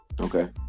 Okay